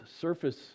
surface